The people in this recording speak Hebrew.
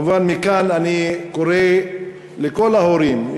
כמובן שמכאן אני קורא לכל ההורים,